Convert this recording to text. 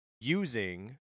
using